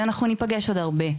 ואנחנו נפגש עוד הרבה,